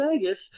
Vegas